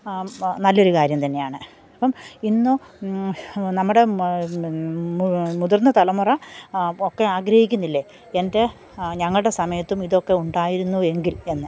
നല്ലൊരു കാര്യം തന്നെയാണ് അപ്പോള് ഇന്നു നമ്മുടെ മുതിർന്ന തലമുറ ഒക്കെ ആഗ്രഹിക്കുന്നില്ലേ എൻ്റെ ഞങ്ങളുടെ സമയത്തും ഇതൊക്കെ ഉണ്ടായിരുന്നു എങ്കിൽ എന്ന്